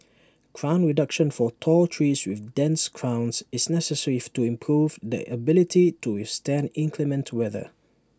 crown reduction for tall trees with dense crowns is necessary to improve their ability to withstand inclement weather